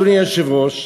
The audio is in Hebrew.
אדוני היושב-ראש,